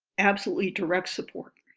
absolutely direct support.